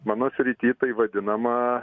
mano srity tai vadinama